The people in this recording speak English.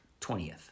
20th